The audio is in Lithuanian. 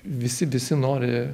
visi visi nori